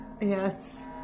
Yes